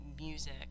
music